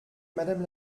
madame